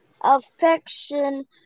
affection